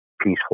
peaceful